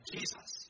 Jesus